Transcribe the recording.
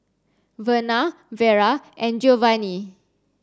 Verna Vera and Geovanni